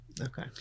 Okay